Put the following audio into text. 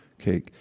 Okay